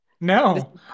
no